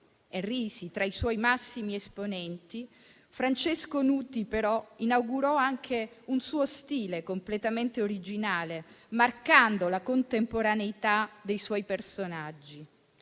e Risi tra i suoi massimi esponenti, Francesco Nuti inaugurò anche un suo stile completamente originale, marcando la contemporaneità dei suoi personaggi: